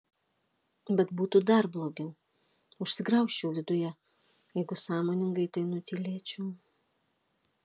bet būtų dar blogiau užsigraužčiau viduje jeigu sąmoningai tai nutylėčiau